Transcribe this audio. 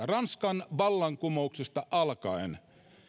ranskan vallankumouksesta alkaen